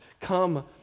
Come